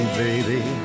baby